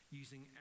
using